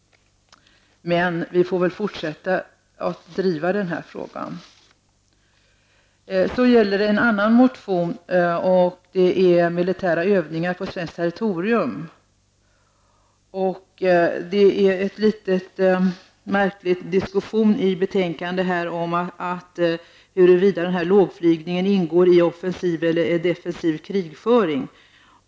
Men vi får väl fortsätta att driva den här frågan. Sedan gäller det en annan motion som handlar om militära flygövningar på svenskt territorium. Det förekommer en litet märklig diskussion i betänkandet om huruvida dessa lågflygningar ingår i offensiv eller defensiv krigföring.